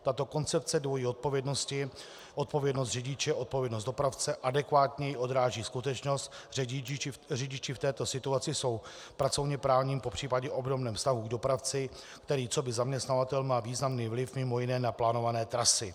Tato koncepce dvojí odpovědnosti, odpovědnost řidiče, odpovědnost dopravce, adekvátněji odráží skutečnost, že řidiči v této situaci jsou v pracovněprávním, popřípadě obdobném vztahu k dopravci, který coby zaměstnavatel má významný vliv mimo jiné na plánované trasy.